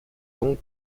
donc